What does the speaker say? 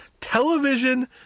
television